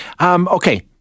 Okay